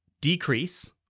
decrease